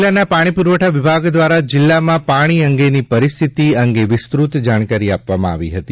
જિલ્લાના પાણી પુરવઠા વિભાગ દ્વારા જિલ્લામાં પાણી અંગેની પરિસ્થિતિ અંગે વિસ્તૃત જાણકારી આપવામાં આવી હતી